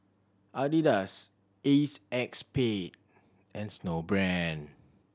Adidas Acexspade and Snowbrand